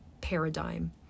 paradigm